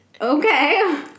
Okay